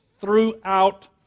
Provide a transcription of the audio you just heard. throughout